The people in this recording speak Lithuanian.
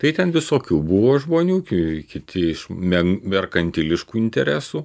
tai ten visokių buvo žmonių kai kiti iš mer merkantiliškų interesų